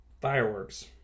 Fireworks